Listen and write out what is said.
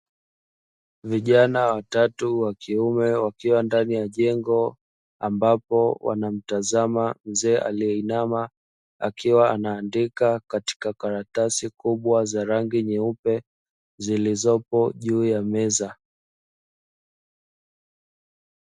Vijana watatu wa kiume wakiwa ndani ya jengo, ambapo wanamtazama mzee aliyeinama, akiwa anaandika katika karatasi kubwa za rangi nyeupe zilizopo juu ya meza.